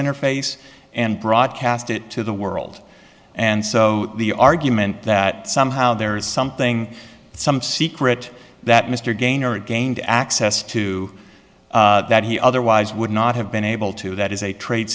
interface and broadcast it to the world and so the argument that somehow there is something some secret that mr gainer gained access to that he otherwise would not have been able to that is a trade